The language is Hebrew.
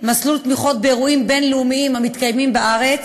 מסלול תמיכות באירועים בין-לאומיים המתקיימים בארץ,